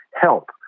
help